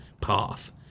path